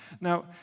Now